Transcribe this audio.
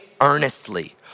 earnestly